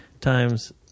Times